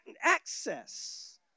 access